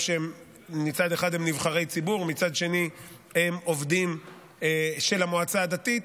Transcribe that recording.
מצד אחד הם נבחרי ציבור ומצד שני הם עובדים של המועצה הדתית,